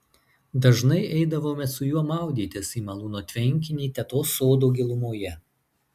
dažnai eidavome su juo maudytis į malūno tvenkinį tetos sodo gilumoje